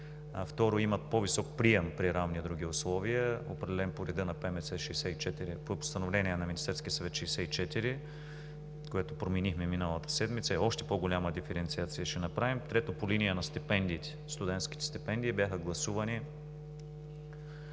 Второ, имат по-висок прием при равни други условия, определен по реда на Постановление № 64 на Министерския съвет, което променихме миналата седмица, и още по-голяма диференциация ще направим. Трето, по линия на стипендиите. Студентските стипендии – бяха гласувани